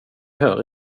hör